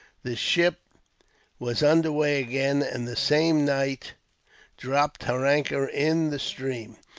the ship was under way again, and the same night dropped her anchor in the stream,